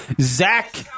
Zach